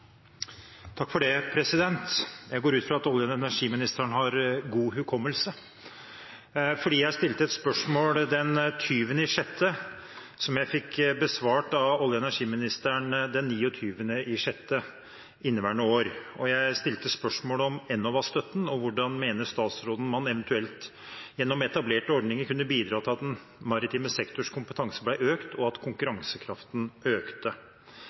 Det blir replikkordskifte. Jeg går ut fra at olje- og energiministeren har god hukommelse. Jeg stilte et spørsmål 20. juni i år, som jeg fikk besvart av olje- og energiministeren 29. juni inneværende år. Jeg stilte et spørsmål om Enova-støtten og hvordan statsråden mener man eventuelt gjennom etablerte ordninger kan bidra til å øke maritim sektors kompetanse